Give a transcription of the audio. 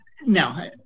No